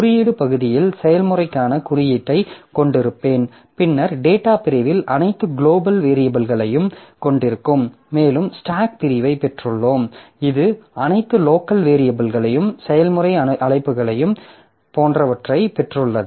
குறியீடு பகுதியில் செயல்முறைக்கான குறியீட்டைக் கொண்டிருப்பேன் பின்னர் டேட்டாப் பிரிவில் அனைத்து குளோபல் வேரியபில்களையும் கொண்டிருக்கும் மேலும் ஸ்டாக் பிரிவைப் பெற்றுள்ளோம் இது அனைத்து லோக்கல் வேரியபில்கள் செயல்முறை அழைப்புகளையும் etcetera போன்றவற்றை பெற்றுள்ளது